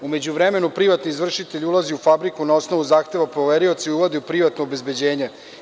U međuvremenu, privatni izvršitelj ulazi u fabriku na osnovu zahteva poverioca i uvodi privatno obezbeđenje.